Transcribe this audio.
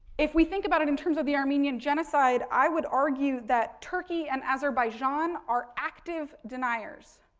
if we think about it in terms of the armenian genocide, i would argue that turkey and azerbaijan are active deniers,